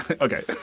Okay